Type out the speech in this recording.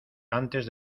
antes